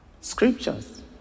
scriptures